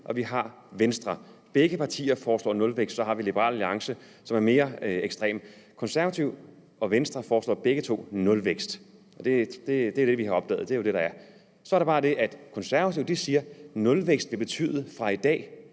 og vi har Venstre. Begge partier foreslår nulvækst. Så har vi Liberal Alliance, som er mere ekstreme, men Konservative og Venstre foreslår begge nulvækst. Det er det, vi har opdaget; det er det, der er tilfældet. Så er der bare det, at De Konservative siger, at nulvækst fra i dag